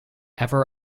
ever